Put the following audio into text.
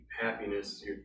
happiness